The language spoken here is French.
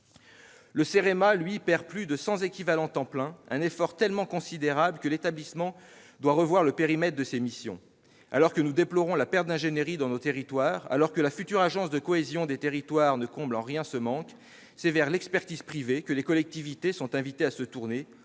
il perd plus de 100 équivalents temps plein, un effort tellement considérable que l'établissement doit revoir le périmètre de ses missions. Alors que nous déplorons la perte d'ingénierie dans nos territoires, alors que la future Agence de cohésion des territoires ne comble en rien ce manque, c'est vers l'expertise privée que les collectivités sont invitées à se tourner,